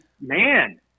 Man